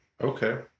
Okay